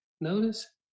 Notice